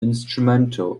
instrumental